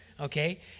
Okay